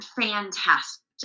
fantastic